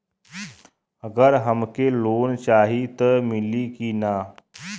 अगर हमके लोन चाही त मिली की ना?